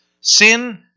sin